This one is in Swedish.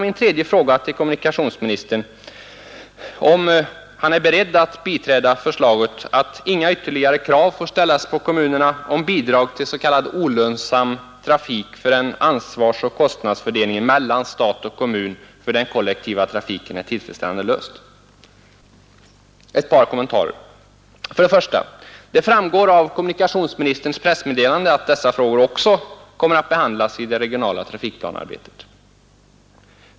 Min tredje fråga gällde huruvida kommunikationsministern är beredd att biträda förslaget att inga ytterligare krav får ställas på kommunerna om bidrag till s.k. olönsam trafik förrän ansvarsoch kostnadsfördelningen mellan stat och kommun för den kollektiva trafiken är tillfredsställande löst. Härtill vill jag foga ett par kommentarer: 1. Det framgår av kommunikationsministerns pressmeddelande att dessa frågor också kommer att behandlas i det regionala trafikplanearbetet.